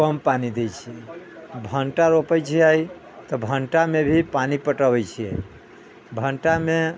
कम पानी दै छियै भंटा रोपै छियै तऽ भंटा मे भी पानी पटबै छियै भंटा मे